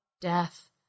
death